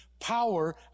power